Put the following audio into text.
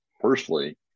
personally